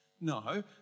No